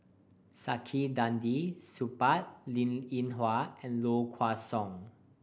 Saktiandi Supaat Linn In Hua and Low Kway Song